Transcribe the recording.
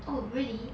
oh really